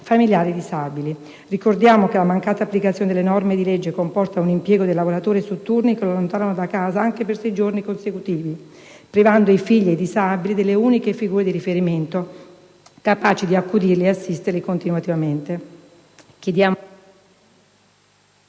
familiari disabili. Ricordiamo che la mancata applicazione delle norme di legge comporta un impiego del lavoratore su turni che lo allontanano da casa anche per sei giorni consecutivi, privando i figli ed i disabili delle uniche figure di riferimento capaci di accudirli ed assisterli continuativamente.